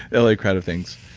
like kind of things,